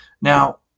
Now